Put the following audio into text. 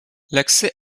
l’accès